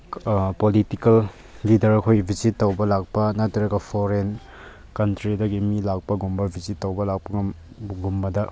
political leader ꯈꯣꯏꯒꯤ visit ꯇꯧꯕ ꯂꯥꯛꯄ ꯅꯠꯇ꯭ꯔꯒ ꯐꯣꯔꯦꯟ ꯀꯟꯇ꯭ꯔꯤꯗꯒꯤ ꯃꯤ ꯂꯥꯛꯄꯒꯨꯝꯕ ꯚꯤꯖꯤꯠ ꯇꯧꯕ ꯂꯥꯛꯄ ꯒꯨꯝꯕꯗ